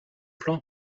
plan